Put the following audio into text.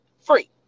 Free